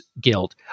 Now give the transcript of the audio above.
guilt